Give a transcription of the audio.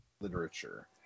Literature